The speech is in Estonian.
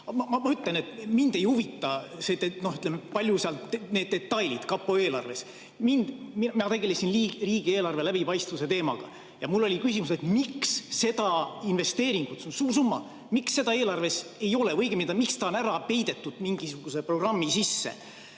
Ma ütlen, et mind ei huvita need detailid kapo eelarves. Ma tegelesin riigieelarve läbipaistvuse teemaga ja mul oli küsimus, et miks seda investeeringut, mis on suur summa, eelarves ei ole või õigemini, miks ta on ära peidetud mingisuguse programmi sisse.